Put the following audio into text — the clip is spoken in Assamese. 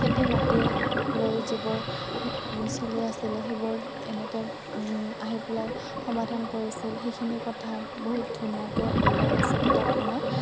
খেতি মাটি লৈ যিবোৰ চলি আছিলে সেইবোৰ এনেকে আহি পেলাই সমাধান কৰিছিল সেইখিনি কথা বহুত ধুনীয়াকে উল্লেখ আছে কিতাপখনত